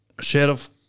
Sheriff